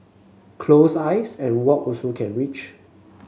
close eyes and walk also can reach